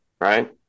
right